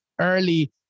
early